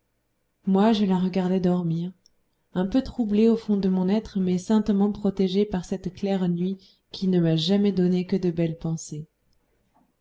moi je la regardais dormir un peu troublé au fond de mon être mais saintement protégé par cette claire nuit qui ne m'a jamais donné que de belles pensées